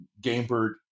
Gamebird